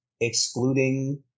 excluding